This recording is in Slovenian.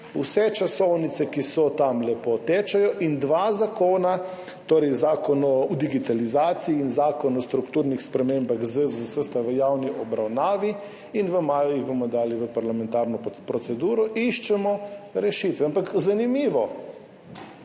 vse časovnice, ki so tam, lepo tečejo in dva zakona, torej zakon o digitalizaciji in zakon o strukturnih spremembah ZZZS sta v javni obravnavi, in v maju ju bomo dali v parlamentarno proceduro. Iščemo rešitve. Ampak zanimivo,